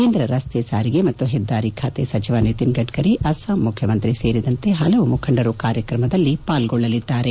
ಕೇಂದ್ರ ರಸ್ತೆ ಸಾರಿಗೆ ಮತ್ತು ಹೆದ್ದಾರಿ ಸಚಿವ ನಿತಿನ್ ಗಡ್ಡರಿ ಅಸ್ಲಾಂ ಮುಖ್ಯಮಂತ್ರಿ ಸೇರಿದಂತೆ ಹಲವು ಮುಖಂಡರು ಕಾರ್ಯಕ್ರಮದಲ್ಲಿ ಪಾಲ್ಗೊಳ್ಳಲಿದ್ದಾರೆ